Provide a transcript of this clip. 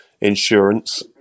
insurance